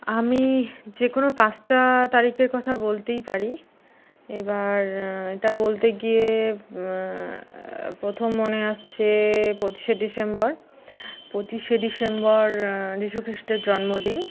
আমি যে কোনও পাঁচটা তারিখের কথা বলতেই পারি এবার এটা বলতে গিয়ে প্রথম মনে আসছে পঁচিশে ডিসেম্বর পঁচিশে ডিসেম্বর যীশুখ্রীষ্টের জন্মদিন